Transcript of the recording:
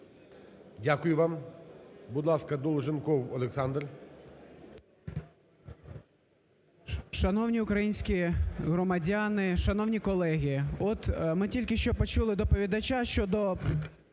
Дякую вам. Будь ласка, Долженков Олександр.